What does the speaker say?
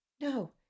no